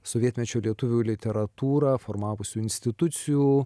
sovietmečio lietuvių literatūrą formavusių institucijų